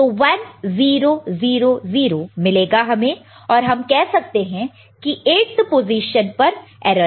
तो 1 0 0 0 मिलेगा हमें और हम कह सकते हैं की 8th पोजीशन पर एरर है